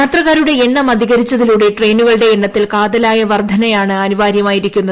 യാത്രക്കാരുടെ എണ്ണം അധികരിച്ചതിലൂടെ ട്രെയിനുകളുടെ എണ്ണത്തിൽ കാതലായ വർദ്ധനയാണ് അനിവാര്യമായിരിക്കുന്നത്